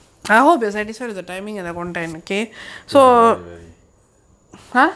ya very very